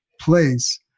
place